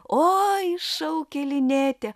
oi šaukė linetė